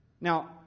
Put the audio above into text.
Now